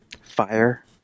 fire